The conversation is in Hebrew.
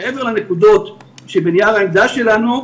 מעבר לנקודות שבנייר העמדה שלנו,